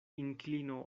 inklino